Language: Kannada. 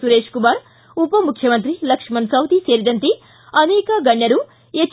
ಸುರೇಶಕುಮಾರ್ ಉಪಮುಖ್ಯಮಂತ್ರಿ ಲಕ್ಷ್ಮಣ ಸವದಿ ಸೇರಿದಂತೆ ಅನೇಕ ಗಣ್ಯರು ಎಚ್